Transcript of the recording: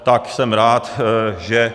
Tak jsem rád, že...